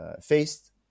faced